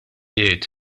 jgħid